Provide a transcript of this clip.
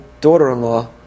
daughter-in-law